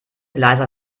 leiser